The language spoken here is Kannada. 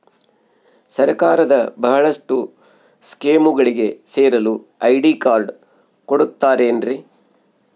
ಸರ್ಕಾರದ ಬಹಳಷ್ಟು ಸ್ಕೇಮುಗಳಿಗೆ ಸೇರಲು ಐ.ಡಿ ಕಾರ್ಡ್ ಕೊಡುತ್ತಾರೇನ್ರಿ?